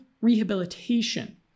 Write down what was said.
rehabilitation